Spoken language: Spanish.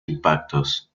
impactos